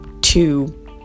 two